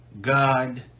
God